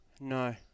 no